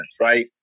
right